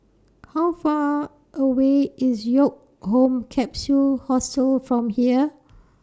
How Far away IS Woke Home Capsule Hostel from here